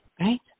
right